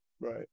Right